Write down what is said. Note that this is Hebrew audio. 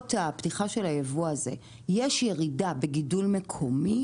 בעקבות הפתיחה של הייבוא הזה יש ירידה בגידול מקומי,